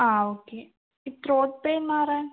ആ ഓക്കെ ഈ throat pain മാറാൻ